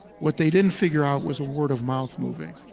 what they didn't figure out was a word of mouth movie,